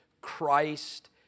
Christ